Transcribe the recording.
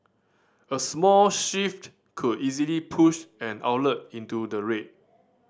a small shift could easily push an outlet into the red